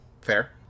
Fair